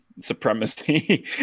supremacy